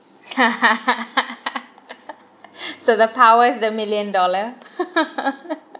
so the power's the million dollar